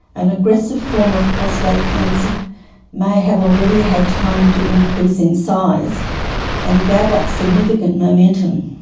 an aggressive form of prostate cancer may have already had time to increase in size and gather significant momentum.